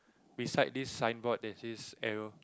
beside this sign board there's this arrow